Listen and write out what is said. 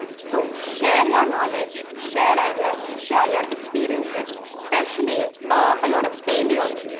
so share your knowledge, share ideas, share your experiences, especially, a lot of failures.